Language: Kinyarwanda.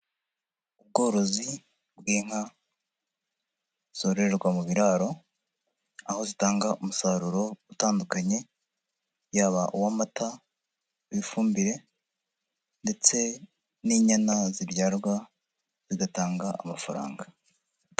Ubworozi bw'inka zororerwa mu biraro, aho zitanga umusaruro utandukanye yaba uw'amata, uw'ifumbire ndetse n'inyana zibyarwa zigatanga amafaranga.